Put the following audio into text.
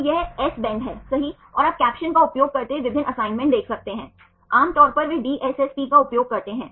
तो यह S bend है सही और आप कैप्शन का उपयोग करते हुए विभिन्न असाइनमेंट देख सकते हैं आम तौर पर वे DSSP का उपयोग करते हैं